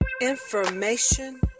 Information